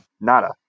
nada